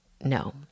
no